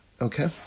Okay